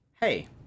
Hey